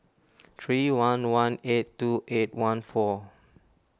three one one eight two eight one four